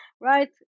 Right